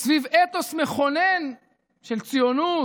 סביב אתוס מכונן של ציונות,